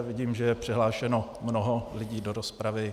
Vidím, že je přihlášeno mnoho lidí do rozpravy.